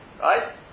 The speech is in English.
right